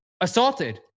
assaulted